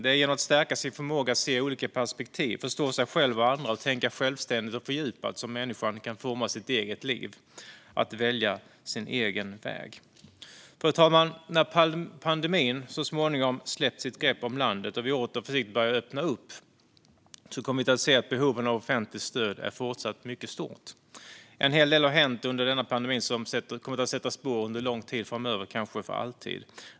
Det är genom att stärka sin förmåga att se olika perspektiv, förstå sig själv och andra och tänka självständigt och fördjupat som människan kan forma sitt eget liv och välja sin egen väg. Fru talman! När pandemin så småningom har släppt sitt grepp om landet och vi åter försiktigt börjar öppna upp kommer vi att se att behoven av offentligt stöd är fortsatt mycket stora. En hel del har hänt under pandemin som kommer att sätta spår under lång tid framöver, kanske för alltid.